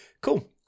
cool